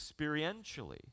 experientially